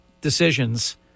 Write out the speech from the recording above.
decisions